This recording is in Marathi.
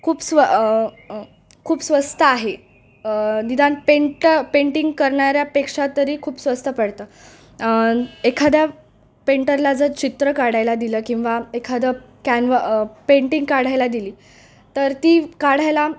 खूप स्व खूप स्वस्त आहे निदान पेंट पेंटिंग करणाऱ्यापेक्षा तरी खूप स्वस्त पडतं एखाद्या पेंटरला जर चित्र काढायला दिलं किंवा एखादं कॅनव पेंटिंग काढायला दिली तर ती काढायला